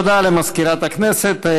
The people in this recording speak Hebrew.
תודה למזכירת הכנסת.